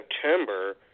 September